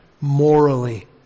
morally